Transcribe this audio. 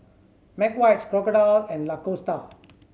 McVitie's Crocodile and Lacoste